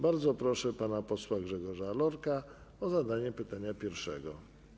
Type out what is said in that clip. Bardzo proszę pana posła Grzegorza Lorka o zadanie pytania pierwszego.